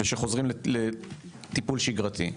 ושחוזרים לטיפול שגרתי.